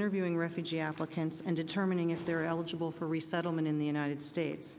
interviewing refugee applicants and determining if they're eligible for resettlement in the united states